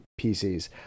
pcs